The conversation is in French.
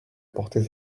porter